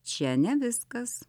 čia ne viskas